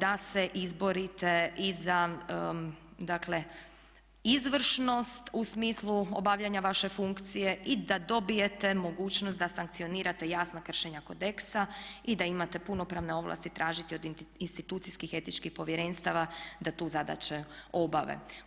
da se izborite i za dakle izvršnost u smislu obavljanja vaše funkcije i da dobijete mogućnost da sankcionirate jasna kršenja kodeksa i da imate punopravne ovlasti tražiti od institucijskih etičkih povjerenstava da tu zadaću obave.